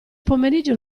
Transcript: pomeriggio